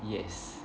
yes